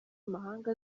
amahanga